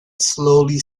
slowly